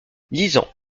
lisant